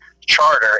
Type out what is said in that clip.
Charter